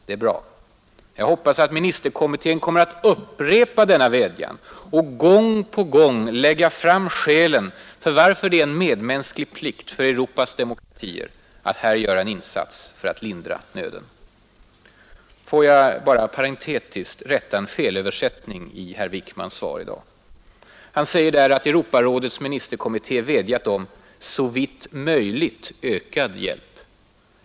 Det är bra, och jag hoppas att ministerkommitén kommer att upprepa denna vädjan och gång på gång lägga fram skälen för varför det är en medmänsklig plikt för Europas demokratier att här göra en insats för att lindra nöden. Får jag här bara parentetiskt rätta en felöversättning i herr Wickmans svar i dag. Han säger där att ministerkommittén vädjat om ”såvitt möjligt ökad hjälp”.